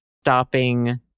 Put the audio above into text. stopping